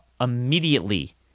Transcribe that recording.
immediately